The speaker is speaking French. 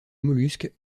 mollusques